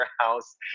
house